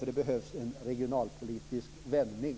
Det behövs en regionalpolitisk vändning.